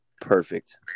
Perfect